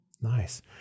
Nice